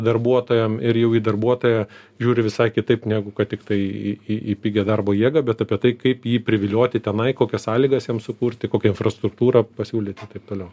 darbuotojam ir jau į darbuotoją žiūri visai kitaip negu kad tiktai į į į pigią darbo jėgą bet apie tai kaip jį privilioti tenai kokias sąlygas jam sukurti kokią infrastruktūrą pasiūlyti ir taip toliau